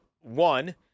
one